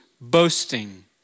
boasting